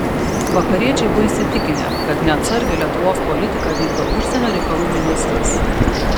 vakariečiai buvo įsitikinę kad neatsargią lietuvos politiką vykdo užsienio reikalų ministras